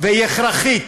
והיא הכרחית?